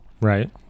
Right